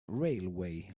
railway